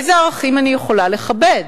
איזה ערכים אני יכולה לכבד?